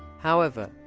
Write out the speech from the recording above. however,